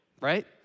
Right